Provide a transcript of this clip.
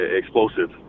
explosive